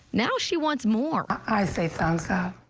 now she wants more. i say thumbs up.